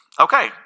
Okay